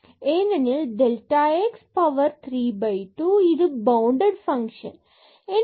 ஏனெனில் delta x power 3 by 2 மற்றும் இது பவுண்டட் ஃபங்ஷன் எனவே